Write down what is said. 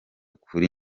kuri